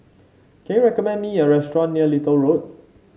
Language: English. can you recommend me a restaurant near Little Road